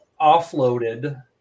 offloaded